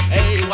Hey